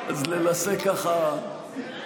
אז ננסה לצמצם.